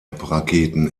raketen